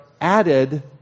added